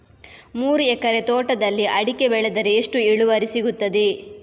ಮೂರು ಎಕರೆ ತೋಟದಲ್ಲಿ ಅಡಿಕೆ ಬೆಳೆದರೆ ಎಷ್ಟು ಇಳುವರಿ ಸಿಗುತ್ತದೆ?